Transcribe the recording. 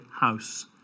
house